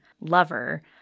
lover